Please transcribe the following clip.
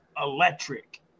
electric